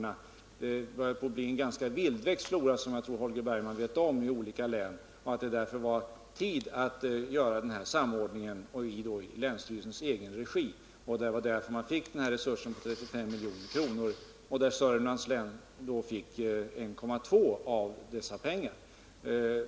Det började bli en ganska vildväxt flora, vilket jag tror Holger Bergman vet om, i olika län. Det var därför tid att få till stånd den här samordningen, och då i länsstyrelsens egen regi. Det var därför man tilldelades en resurs på 35 milj.kr. Av dessa pengar fick Sörmlands län 1,2 miljoner.